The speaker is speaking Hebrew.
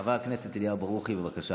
חבר הכנסת אליהו ברוכי, בבקשה.